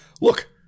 Look